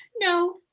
no